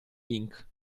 link